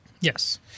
Yes